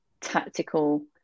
tactical